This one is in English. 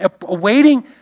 Awaiting